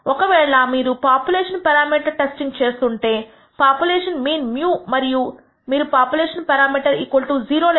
ఒకవేళ మీరు population parameter testing చేస్తుంటే పాపులేషన్ మీన్ μమరియు మీరు పాపులేషన్ పేరామీటర్ 0 లేదా